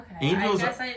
Angels